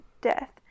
death